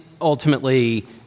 ultimately